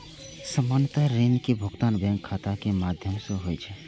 सामान्यतः ऋण के भुगतान बैंक खाता के माध्यम सं होइ छै